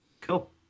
cool